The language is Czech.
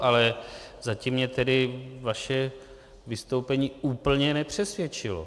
Ale zatím mě tedy vaše vystoupení úplně nepřesvědčilo.